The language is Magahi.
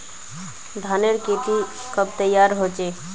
धानेर खेती कब तैयार होचे?